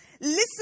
Listen